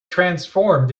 transformed